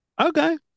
Okay